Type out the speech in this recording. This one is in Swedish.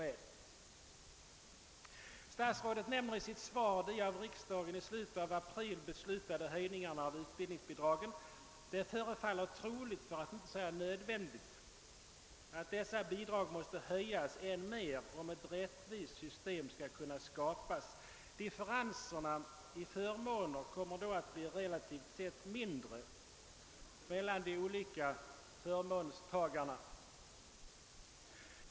Herr statsrådet berör i sitt svar de av riksdagen i slutet av april beslutade höjningarna av = utbildningsbidragen. Det förefaller troligt, för att inte säga nödvändigt, att dessa bidrag måste höjas ännu mer, om ett rättvist system skall kunna skapas. Differenserna i förmåner kommer då att bli relativt sett mindre mellan de olika förmånstagarna.